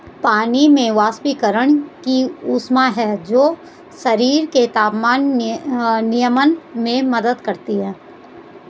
पानी में वाष्पीकरण की ऊष्मा है जो शरीर के तापमान नियमन में मदद करती है